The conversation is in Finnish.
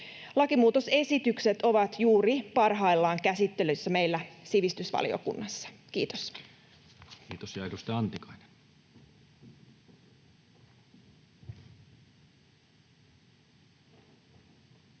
Lakimuutosesitykset ovat juuri parhaillaan käsittelyssä meillä sivistysvaliokunnassa. — Kiitos.